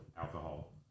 alcohol